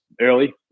early